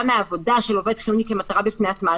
מהעבודה של עובד חיוני כמטרה בפני עצמה,